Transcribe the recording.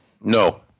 No